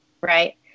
Right